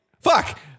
fuck